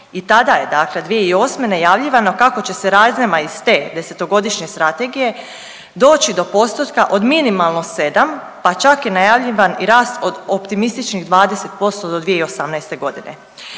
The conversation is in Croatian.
i tada je, dakle 2008. najavljivano kako će se razinama iz te desetogodišnje strategije doći do postotka od minimalno sedam, pa čak je i najavljivan rast od optimističnih 20% do 2018. godine.